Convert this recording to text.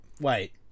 wait